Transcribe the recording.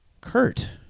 Kurt